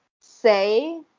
say